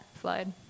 slide